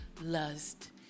lust